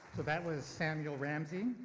but that was samuel ramsay,